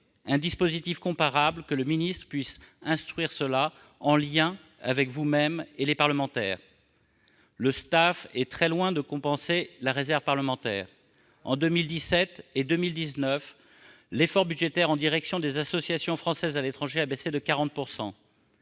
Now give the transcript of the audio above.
un dispositif comparable et que les ministres puissent instruire cela en lien avec vous-même et les parlementaires. » Or le STAFE est très loin de compenser la réserve parlementaire. Entre 2017 et 2019, l'effort budgétaire en direction des associations françaises à l'étranger a baissé de 40 %.